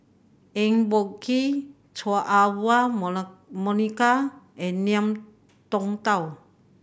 Eng Boh Kee Chua Ah Huwa Monica and Ngiam Tong Dow